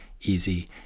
easy